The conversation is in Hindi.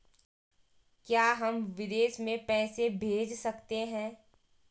क्या हम विदेश में पैसे भेज सकते हैं?